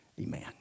amen